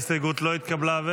ההסתייגות לא התקבלה.